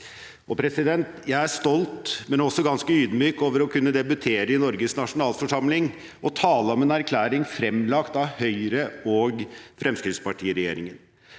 Jeg er stolt, men også ganske ydmyk over å kunne debutere i Norges nasjonalforsamling og tale om en erklæring fremlagt av Høyre–Fremskrittsparti-regjeringen.